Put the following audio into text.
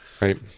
Right